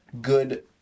good